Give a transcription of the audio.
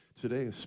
Today